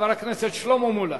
חבר הכנסת שלמה מולה.